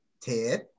Ted